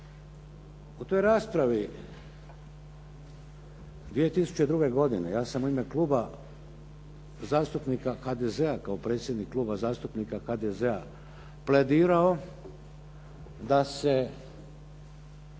U toj raspravi 2002. godine, ja sam u ime Kluba zastupnika HDZ-a, kao predsjednik Kluba zastupnika HDZ-a pledirao da se